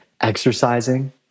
exercising